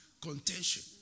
contention